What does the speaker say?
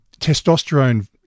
testosterone